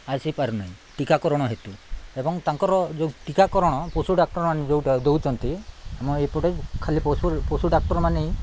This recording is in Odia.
ଆସିପାରୁନାହିଁ ଟୀକାକରଣ ହେତୁ ଏବଂ ତାଙ୍କର ଯେଉଁ ଟୀକାକରଣ ପଶୁଡାକ୍ତରମାନେ ଯେଉଁ ଦେଉଛନ୍ତି ଆମ ଏପଟେ ଖାଲି ପଶୁ ପଶୁଡାକ୍ତରମାନେ